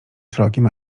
szerokim